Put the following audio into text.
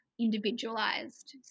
individualized